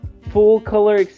full-color